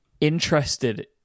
interested